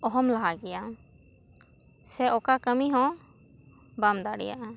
ᱚᱦᱚᱢ ᱞᱟᱦᱟ ᱠᱮᱭᱟ ᱥᱮ ᱚᱠᱟ ᱠᱟᱹᱢᱤ ᱦᱚᱸ ᱵᱟᱢ ᱫᱟᱲᱮᱭᱟᱜᱼᱟ